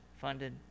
funded